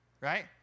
right